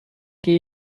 gehe